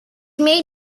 may